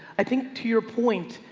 i think to your point,